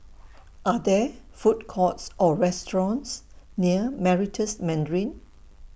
Are There Food Courts Or restaurants near Meritus Mandarin